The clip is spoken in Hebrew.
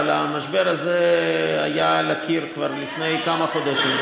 אבל המשבר הזה היה על הקיר כבר לפני כמה חודשים.